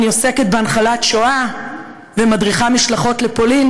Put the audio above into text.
אני עוסקת בהנחלת השואה ומדריכה משלחות לפולין.